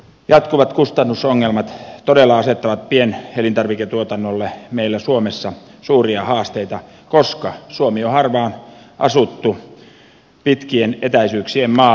jatkuvat kustannusongelmat todella asettavat pienelintarviketuotannolle meillä suomessa suuria haasteita koska suomi on harvaan asuttu pitkien etäisyyksien maa